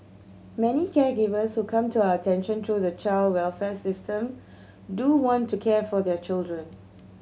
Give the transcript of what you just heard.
many caregivers who come to our attention to the child welfare system do want to care for their children